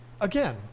again